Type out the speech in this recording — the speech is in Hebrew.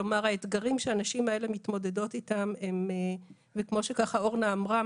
כלומר האתגרים שהנשים האלה מתמודדות איתם הם קשים וכמו שככה אורנה אמרה,